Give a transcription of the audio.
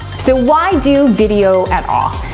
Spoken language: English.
so why do video at all?